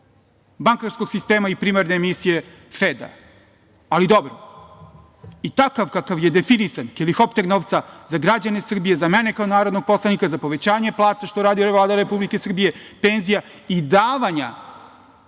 bankarskog sistema i primarne misije FED-a. Ali, dobro i takav kakav je definisan, helikopter novca za građane Srbije, za mene kao narodnog poslanika, za povećanje plata što radi Vlada Republike Srbije, penzija i davanja